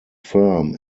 firm